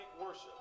worship